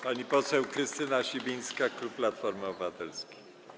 Pani poseł Krystyna Sibińska, klub Platformy Obywatelskiej.